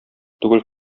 түгел